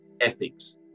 ethics